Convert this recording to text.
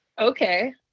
Okay